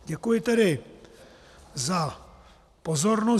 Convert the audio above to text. Děkuji tedy za pozornost.